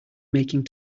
making